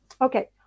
Okay